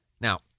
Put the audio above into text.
Now